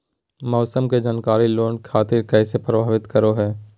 मौसम के जानकारी लेना खेती के कैसे प्रभावित करो है?